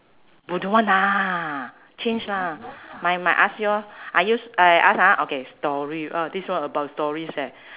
bo don't want lah change lah my my ask you lor are you eh I ask ah okay story uh this one about stories eh